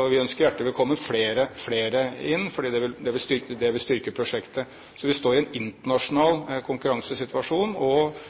og vi ønsker flere hjertelig velkommen inn fordi det vil styrke prosjektet. Så vi står i en internasjonal konkurransesituasjon og